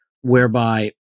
whereby